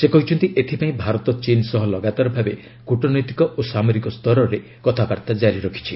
ସେ କହିଛନ୍ତି ଏଥିପାଇଁ ଭାରତ ଚୀନ୍ ସହ ଲଗାତାର ଭାବେ କଟନୈତିକ ଓ ସାମରିକ ସ୍ତରରେ କଥାବାର୍ତ୍ତା କାରି ରଖିଛି